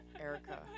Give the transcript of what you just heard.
Erica